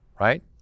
right